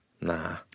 Nah